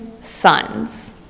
sons